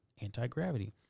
anti-gravity